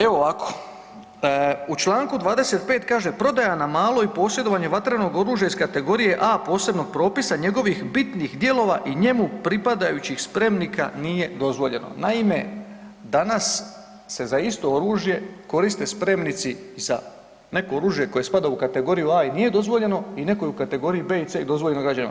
Evo ovako, u čl. 25. kaže: „Prodaja na malo i posjedovanje vatrenog oružja iz kategorije A posebnog propisa, njegovih bitnih dijelova i njemu pripadajućih spremnika nije dozvoljeno.“ Naime, danas se za isto oružje koriste spremnici za neko oružje koje spada u kategoriju A i nije dozvoljeno i u nekoj kategoriji B i C dozvoljeno građanima.